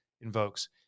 invokes